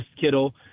Kittle